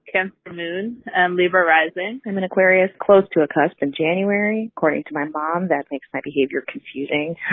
cancer moon and libra rising i'm an aquarius close to a cusp in january. according to my mom, that makes my behavior confusing